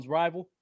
rival